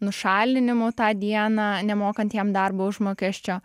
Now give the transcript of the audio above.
nušalinimu tą dieną nemokant jam darbo užmokesčio